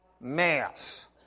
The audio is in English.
mass